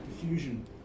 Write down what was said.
diffusion